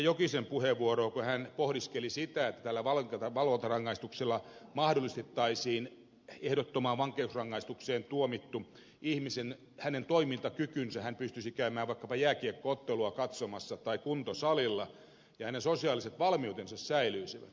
jokisen puheenvuoroa kun hän pohdiskeli sitä että tällä valvontarangaistuksella mahdollistettaisiin ehdottomaan vankeusrangaistukseen tuomitun ihmisen toimintakyky hän pystyisi käymään vaikkapa jääkiekko ottelua katsomassa tai kuntosalilla ja hänen sosiaaliset valmiutensa säilyisivät